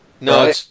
No